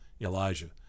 Elijah